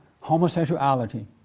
homosexuality